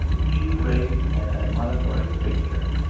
she raised an admonitory finger,